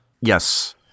yes